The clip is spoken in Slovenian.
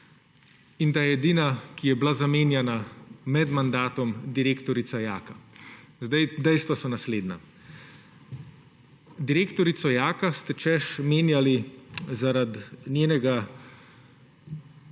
in da je edina, ki je bila zamenjana med mandatom, direktorica JAK. Dejstva so naslednja. Direktorico JAK ste češ menjali zaradi domnevnih